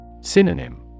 Synonym